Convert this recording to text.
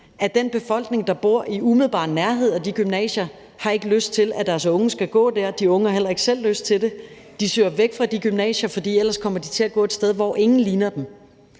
at den befolkning, der bor i umiddelbar nærhed af de gymnasier, har ikke lyst til, at deres unge skal gå der. De unge har heller ikke selv lyst til det; de søger væk fra de gymnasier, for ellers kommer de til at gå et sted, hvor ingen ligner dem.